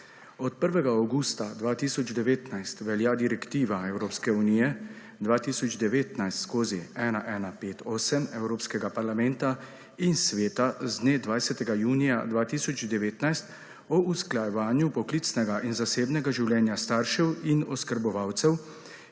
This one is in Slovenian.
Od 1. avgusta 2019 velja direktiva Evropske unije 2019/1158 Evropskega parlamenta in sveta z dne 20. junija 2019 o usklajevanju poklicnega in zasebnega življenja staršev in oskrbovalcev,